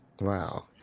Wow